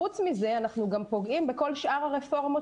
חוץ מזה אנחנו גם פוגעים בכל שאר הרפורמות